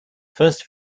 first